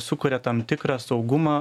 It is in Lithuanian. sukuria tam tikrą saugumą